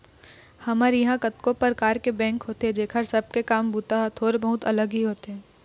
हमर इहाँ कतको परकार के बेंक होथे जेखर सब के काम बूता ह थोर बहुत अलग ही होथे